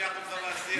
להדיח אותך מהסיעה.